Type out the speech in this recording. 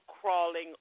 crawling